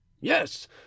Yes